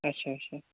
اچھا اچھا